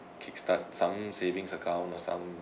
kickstart some savings account or some